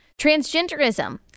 Transgenderism